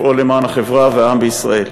לפעול למען החברה והעם בישראל.